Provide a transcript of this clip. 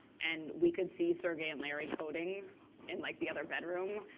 and we could see sergei and larry coding in like the other bedroom.